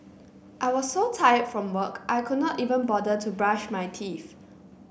I was so tired from work I could not even bother to brush my teeth